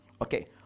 okay